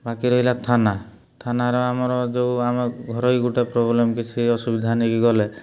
ବାକି ରହିଲା ଥାନା ଥାନାରେ ଆମର ଯୋଉ ଆମ ଘରୋଇ ଗୋଟେ ପ୍ରୋବ୍ଲେମ୍ କିଛି ଅସୁବିଧା ନେଇକି ଗଲେ